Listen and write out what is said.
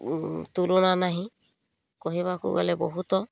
ତୁଳନା ନାହିଁ କହିବାକୁ ଗଲେ ବହୁତ